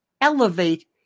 elevate